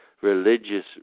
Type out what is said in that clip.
religious